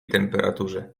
temperaturze